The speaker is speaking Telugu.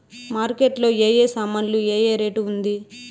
మార్కెట్ లో ఏ ఏ సామాన్లు ఏ ఏ రేటు ఉంది?